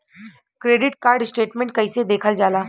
Credit card statement कइसे देखल जाला?